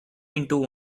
into